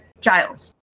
Giles